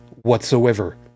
whatsoever